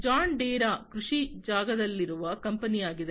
John Deere ಕೃಷಿ ಜಾಗದಲ್ಲಿರುವ ಕಂಪನಿಯಾಗಿದೆ